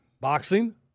Boxing